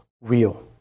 real